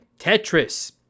Tetris